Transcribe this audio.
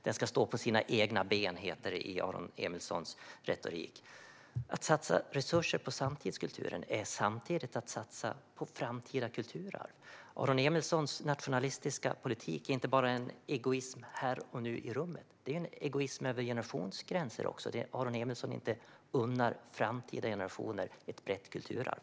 Den ska stå på egna ben, heter det i Aron Emilssons retorik. Att satsa resurser på samtidskulturen är samtidigt att satsa på framtida kulturarv. Aron Emilssons nationalistiska politik är inte bara egoism här och nu utan också egoism över generationsgränser. Aron Emilsson unnar inte framtida generationer ett brett kulturarv.